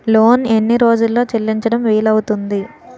Loan ఎన్ని రోజుల్లో చెల్లించడం వీలు అవుతుంది?